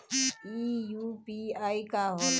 ई यू.पी.आई का होला?